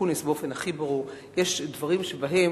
אקוניס באופן הכי ברור: יש דברים שבהם,